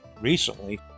recently